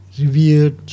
revered